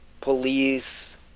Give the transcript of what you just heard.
police